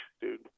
dude